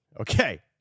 Okay